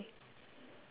ya